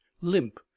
limp